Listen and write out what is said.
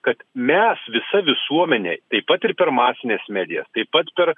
kad mes visa visuomenė taip pat ir per masines medijas taip pat per